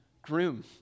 Groom